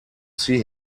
see